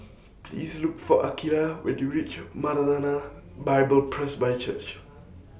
Please Look For Akeelah when YOU REACH Maranatha Bible Presby Church